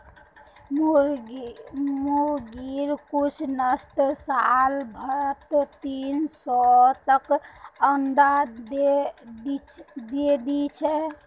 मुर्गिर कुछ नस्ल साल भरत तीन सौ तक अंडा दे दी छे